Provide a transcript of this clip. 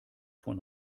von